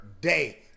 day